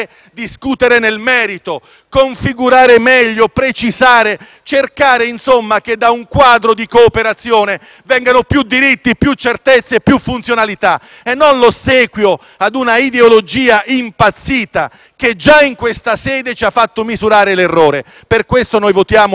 cercare, insomma, che, da un quadro di cooperazione, vengano più diritti, più certezze, più funzionalità e non l'ossequio ad una ideologia impazzita, che già in questa sede ci ha fatto misurare l'errore. Per questo motivo, noi votiamo a favore rispetto al decreto Brexit convertito in legge.